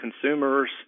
Consumers